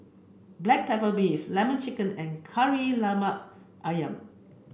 black pepper beef lemon chicken and Kari Lemak Ayam